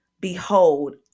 Behold